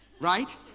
right